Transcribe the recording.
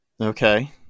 Okay